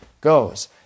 goes